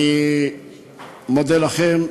אני מודה לכם.